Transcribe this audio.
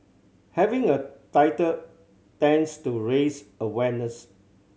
having a title tends to raise awareness